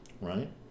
right